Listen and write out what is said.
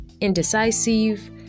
indecisive